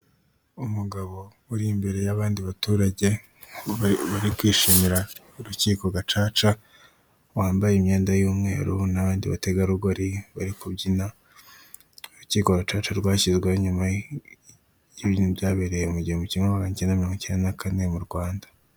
Umugabo uri imbere y'abandi baturage bari kwishimira urukiko gacaca wambaye imyenda y'umweru n'abandi bategarugori bari kubyina, urukiko gacaca rwashyizweho nyuma y'ibintu byabereye mu gihumbi kimwe magana acyenda na kane mu Rwanda.